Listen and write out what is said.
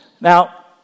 Now